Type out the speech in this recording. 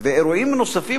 ואירועים נוספים,